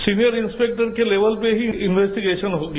senior inspector के level पर ही ये इन्वेस्टीगेशन होगी